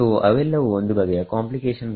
ಸೋಅವೆಲ್ಲವೂ ಒಂದು ಬಗೆಯ ಕಾಂಪ್ಲಿಕೇಷನ್ ಗಳು